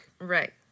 Right